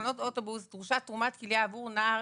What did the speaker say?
בתחנות אוטובוס דרושה תרומת כליה עבור נער